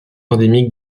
endémique